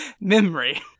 Memory